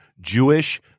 Jewish